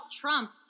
Trump